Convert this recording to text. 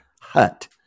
hut